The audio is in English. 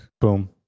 Boom